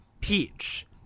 Peach